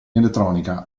elettronica